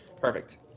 perfect